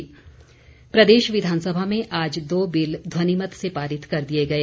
विधेयक प्रदेश विधानसभा में आज दो बिल ध्वनिमत से पारित कर दिए गए